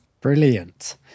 brilliant